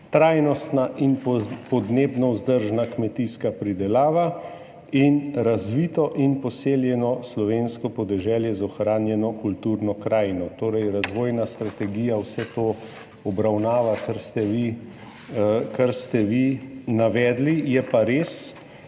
trajnostno in podnebno vzdržno kmetijsko pridelavo in razvito in poseljeno slovensko podeželje z ohranjeno kulturno krajino. Torej, razvojna strategija obravnava vse to, kar ste vi navedli, je pa res,